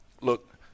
Look